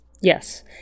Yes